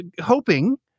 hoping